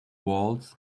walls